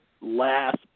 last